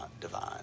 divine